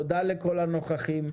תודה לכל הנוכחים.